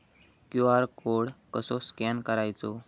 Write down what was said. QR code कसो scan करायचो?